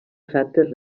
cràter